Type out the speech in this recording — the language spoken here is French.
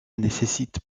nécessite